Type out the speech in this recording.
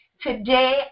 today